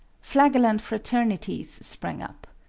flagellant fraternities sprang up.